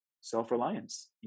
self-reliance